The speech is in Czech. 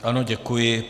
Ano, děkuji.